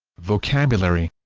vocabulary